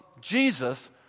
Jesus